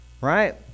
right